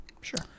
Sure